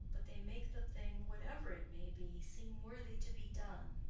but they make the thing, whatever it may be, seem worthy to be done.